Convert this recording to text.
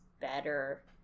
better